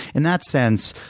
in that sense,